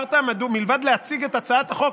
מלבד להציג את הצעת החוק,